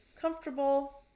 comfortable